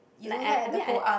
like I I mean I